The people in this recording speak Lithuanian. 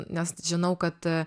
nes žinau kad